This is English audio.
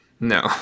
No